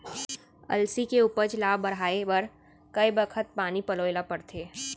अलसी के उपज ला बढ़ए बर कय बखत पानी पलोय ल पड़थे?